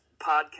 podcast